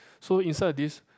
so insert this